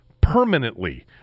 permanently